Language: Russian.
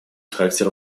характер